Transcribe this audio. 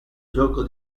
gioco